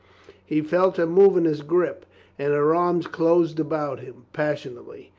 he felt her move in his grip and her arms closed about him passionately.